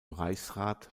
reichsrat